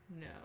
no